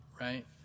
right